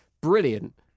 Brilliant